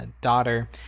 daughter